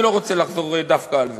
אני לא רוצה לחזור דווקא על זה.